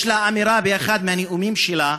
יש לה אמירה באחד מהנאומים שלה,